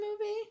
movie